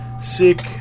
sick